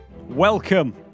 Welcome